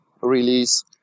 release